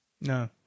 no